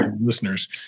listeners